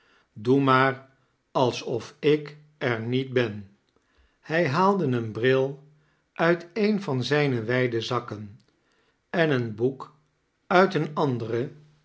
doe maajr alsof ik er niet ben hij haalde eem bril uit een van zijne wijde zakken en een boek uit een anderen